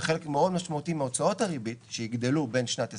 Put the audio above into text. וחלק מאוד משמעותי מהוצאות הריבית שיגדלו בין שנת 20'